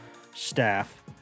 staff